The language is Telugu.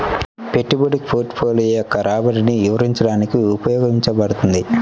పెట్టుబడి పోర్ట్ఫోలియో యొక్క రాబడిని వివరించడానికి ఉపయోగించబడుతుంది